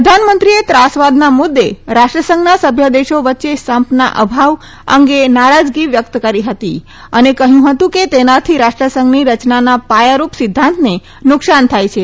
પ્રધાનમંત્રીએ ત્રાસવાદના મુદે રાષ્ટ્રસંઘના સભ્યદેશો વચ્ચે સંપના અભાવ અંગે નારાજગી વ્યકત કરી હતી અને કહયું હતું કે તેનાથી રાષ્ટ્રસંઘની રચનાના પાયારૂપ સિધ્ધાંતને નુકશાન થાય છે